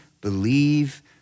believe